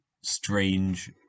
strange